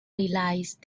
realise